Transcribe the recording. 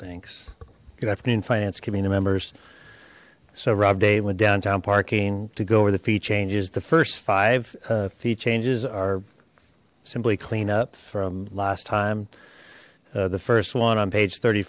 thanks good afternoon finance community members so rob date went downtown parking to go over the feet changes the first five feet changes are simply clean up from last time the first one on page thirty